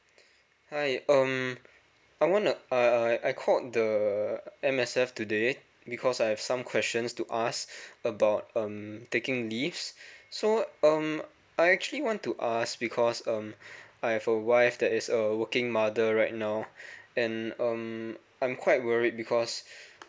hi um I want uh I I called the M_S_F today because I have some questions to ask about um taking leaves so um I actually want to ask because um I have a wife that is a working mother right now and um I'm quite worried because